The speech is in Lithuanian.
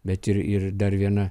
bet ir ir dar viena